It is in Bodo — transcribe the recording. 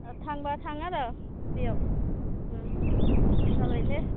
अ थांब्ला थां आरो बेयाव जाबाय लै